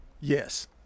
yes